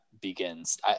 begins